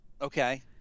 Okay